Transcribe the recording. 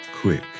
Quick